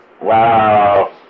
Wow